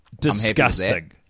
disgusting